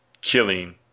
killing